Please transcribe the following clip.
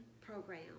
program